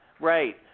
right